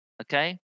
okay